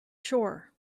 shore